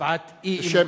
הצבעת אי-אמון.